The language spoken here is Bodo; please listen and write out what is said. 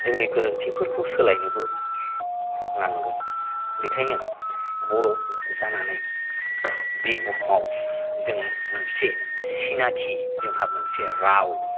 जोंनि गोरोनथिफोरखौ सोलायनोबो नांगोन बेनिखायनो बर' जानानै बे बुहुमाव जों मोनबेसे सिनाखि जोंहा मोनसे राव